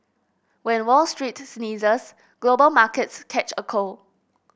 when Wall Street sneezes global markets catch a cold